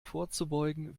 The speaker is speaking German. vorzubeugen